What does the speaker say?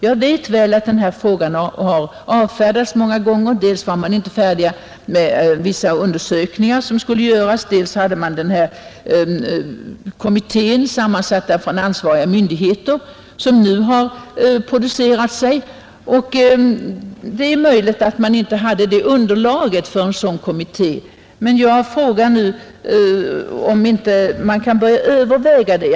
Jag vet mycket väl att den här frågan har avfärdats många gånger; dels var vissa undersökningar, som skulle göras, inte färdiga, dels hade man redan en kommitté, sammansatt av personer från ansvariga myndigheter, vilken nu har producerat sig. Det är möjligt att underlaget saknas för en sådan kommitté, men jag frågar nu, om man åtminstone inte kan börja överväga att tillsätta en parlamentarisk kommitté.